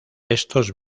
estos